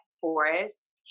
forest